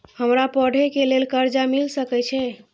हमरा पढ़े के लेल कर्जा मिल सके छे?